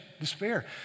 Despair